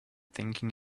thinking